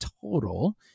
total